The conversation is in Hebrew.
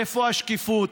איפה השקיפות?